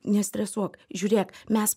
nestresuok žiūrėk mes